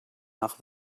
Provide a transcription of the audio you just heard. nach